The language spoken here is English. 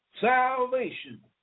salvation